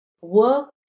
work